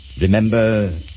Remember